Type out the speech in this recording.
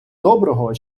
доброго